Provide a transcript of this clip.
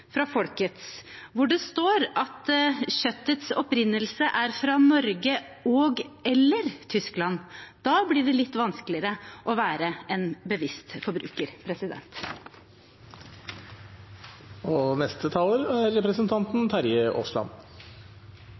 står det at kjøttets opprinnelse er Norge og/eller Tyskland. Da blir det litt vanskeligere å være en bevisst forbruker. Jeg skal være veldig kort, jeg måtte bare ha en liten replikk til representanten